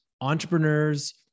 entrepreneurs